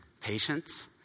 patience